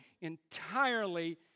entirely